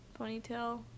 ponytail